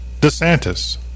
DeSantis